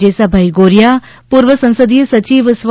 જેસાભાઇ ગોરિયા પૂર્વ સંસદિય સચિવ સ્વ